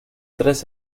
tres